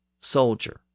soldier